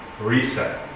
reset